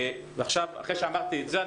אחרי שאמרתי את זה,